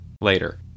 later